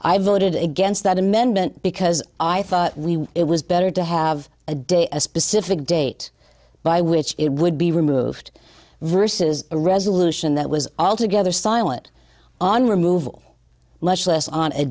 i voted against that amendment because i thought it was better to have a day a specific date by which it would be removed versus a resolution that was altogether silent on removal much less on a